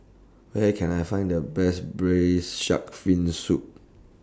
Where Can I Find The Best Braised Shark Fin Soup